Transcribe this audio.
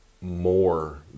more